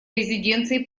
резиденцией